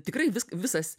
tikrai visk visas